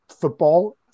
football